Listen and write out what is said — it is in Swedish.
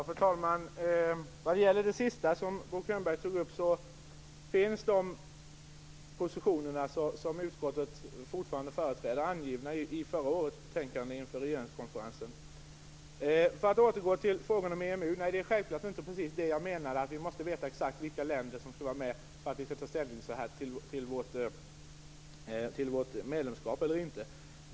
Fru talman! De positioner som utskottet fortfarande företräder finns angivna i förra årets betänkande inför regeringskonferensen när det gäller det som Bo För att återgå till frågan om EMU: Självklart menade jag inte att vi måste veta exakt vilka länder som skall vara med för att vi skall ta ställning till om vi skall vara medlemmar eller inte.